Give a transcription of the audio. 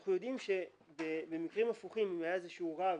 אנחנו יודעים שבמקרים הפוכים, אם היה איזשהו רב